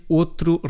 outro